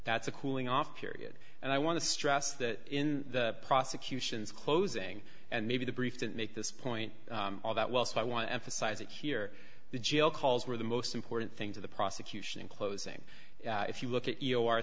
that's a cooling off period and i want to stress that in the prosecution's closing and maybe the brief didn't make this point all that well so i want to emphasize that here the jail calls were the most important thing to the prosecution in closing if you look at you